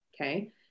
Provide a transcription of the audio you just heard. okay